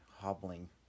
hobbling